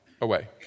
away